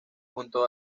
junto